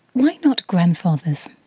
why not grandfathers,